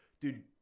dude